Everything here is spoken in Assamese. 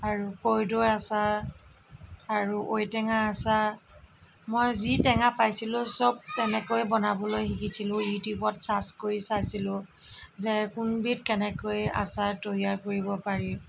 আৰু কৰ্দৈ আচাৰ আৰু ঔ টেঙাৰ আচাৰ মই যি টেঙা পাইছিলোঁ চব তেনেকৈ বনাবলৈ শিকিছিলোঁ ইটিউবত ছাৰ্চ কৰি চাইছিলোঁ যে কোনবিধ কেনেকৈ আচাৰ তৈয়াৰ কৰিব পাৰি